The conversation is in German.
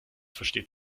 versteht